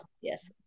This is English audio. yes